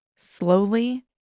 slowly